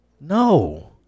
No